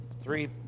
three